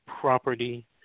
property